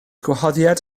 gwahoddiad